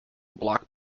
block